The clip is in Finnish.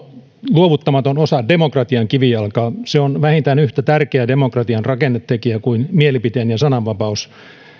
luovuttamaton osa demokratian kivijalkaa se on vähintään yhtä tärkeä demokratian rakennetekijä kuin mielipiteen ja sananvapaus